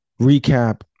recap